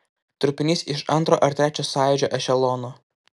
trupinys iš antro ar trečio sąjūdžio ešelono